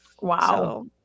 Wow